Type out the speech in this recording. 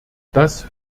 das